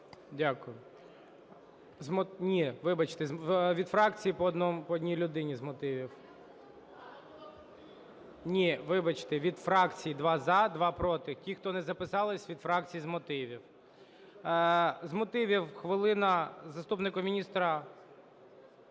у залі) Вибачте, від фракції по одній людині з мотивів. Ні, вибачте, від фракцій: два – за, два – проти. Ті, хто не записалися від фракцій з мотивів. З мотивів хвилина заступнику міністра.